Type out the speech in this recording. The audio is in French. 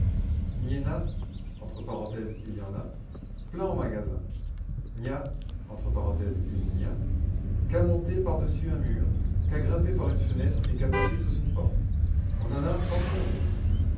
gniena il y en a plein un magasin gnia il n'y a qu'à monter par-dessus un mur qu'à grimper par une fenêtre et qu'à passer sous une porte on en a tant qu'on veut